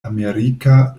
amerika